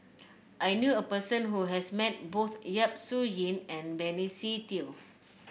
I knew a person who has met both Yap Su Yin and Benny Se Teo